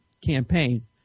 campaign